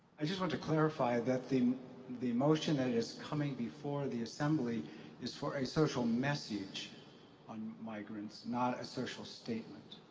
i just wanted to clarify that the the motion that is coming before the assembly is for a social message on migrants, not a social statement.